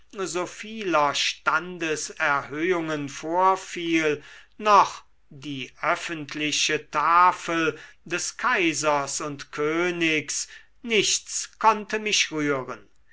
so vieler standeserhöhungen vorfiel noch die öffentliche tafel des kaisers und königs nichts konnte mich rühren